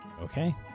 okay